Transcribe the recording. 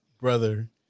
brother